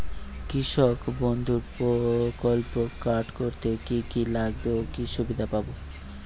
কৃষক বন্ধু প্রকল্প কার্ড করতে কি কি লাগবে ও কি সুবিধা পাব?